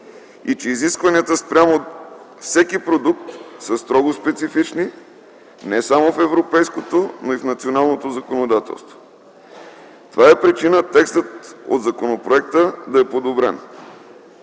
и че изискванията спрямо всеки продукт са строго специфични не само в европейското, но и в националното законодателство. Това е причина текстът от законопроекта да е подобрен.